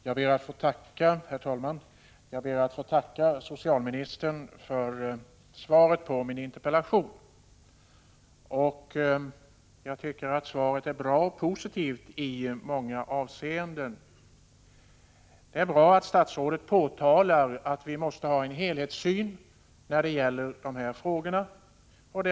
Herr talman! Jag ber att få tacka socialministern för svaret på min interpellation. Svaret är bra och positivt i många avseenden. Det är bra att statsrådet framhåller att vi måste ha en helhetssyn när det gäller dessa frågor.